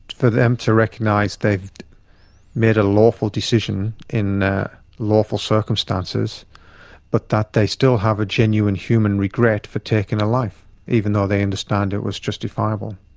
for them to recognise they've made a lawful decision in lawful circumstances but that they still have a genuine human regret for taking a life, even though they understand it was justifiable.